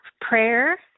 prayer